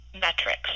metrics